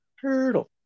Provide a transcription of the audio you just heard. turtle